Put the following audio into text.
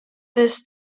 this